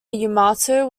yamato